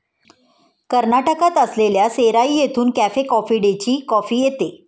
कर्नाटकात असलेल्या सेराई येथून कॅफे कॉफी डेची कॉफी येते